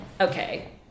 okay